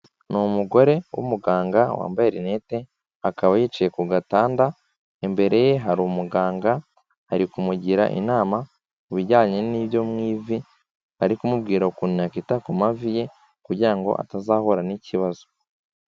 Ni umugore w'umuganga wambaye rinete, akaba yicaye ku gatanda, imbere ye hari umuganga ari kumugira inama ku bijyanye n'ibyo mu ivi, ari kumubwira ukuntu yakita ku mavi ye kugira ngo atazahura n'ikibazo.